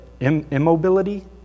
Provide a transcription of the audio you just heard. immobility